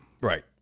Right